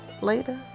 Later